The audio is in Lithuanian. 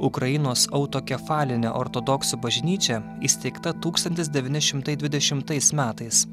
ukrainos autokefalinė ortodoksų bažnyčia įsteigta tūkstantis devyni šimtai dvidešimtais metais